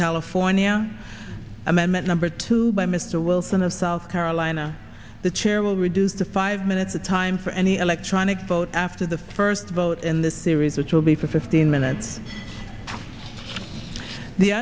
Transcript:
california amendment number two by mr wilson of south carolina the chair will reduce to five minutes the time for any electronic vote after the first vote in the series which will be for fifteen minutes the